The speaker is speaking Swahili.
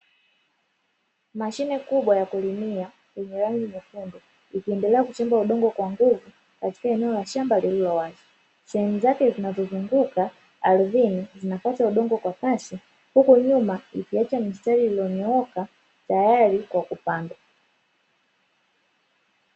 Mashine kubwa ya kulimia yenye rangi nyekundu ikiendelea kuchimba udongo kwa nguvu katika eneo la shamba lililowazi, sehemu zake zinazozunguka ardhini zinakata udongo kwa kasi huku nyuma ikiacha mistari iliyonyooka tayari kwa kupandwa.